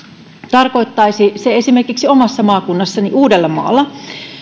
tarkoittaisi se esimerkiksi omassa maakunnassani uudellamaalla että